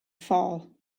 fall